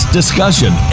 discussion